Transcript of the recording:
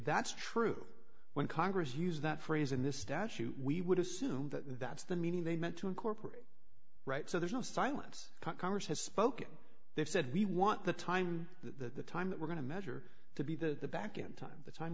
that's true when congress used that phrase in this statute we would assume that that's the meaning they meant to incorporate right so there's no science congress has spoken they've said we want the time the time that we're going to measure to be the back in time the time